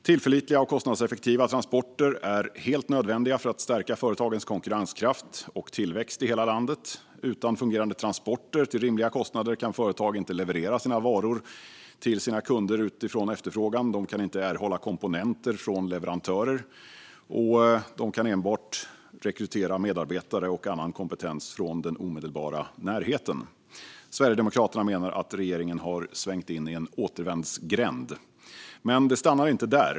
Tillförlitliga och kostnadseffektiva transporter är helt nödvändiga för att stärka företagens konkurrenskraft och tillväxt i hela landet. Utan fungerande transporter till rimliga kostnader kan företag inte leverera varor till sina kunder utifrån efterfrågan, inte erhålla komponenter från leverantörer och enbart rekrytera medarbetare och annan kompetens från den omedelbara närheten. Sverigedemokraterna menar att regeringen har svängt in i en återvändsgränd. Men det stannar inte där.